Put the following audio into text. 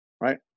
right